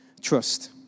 trust